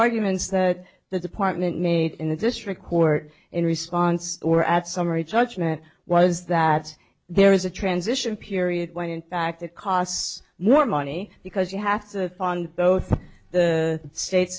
arguments that the department made in the district court in response or at summary judgment was that there is a transition period when in fact it costs more money because you have to fund both the s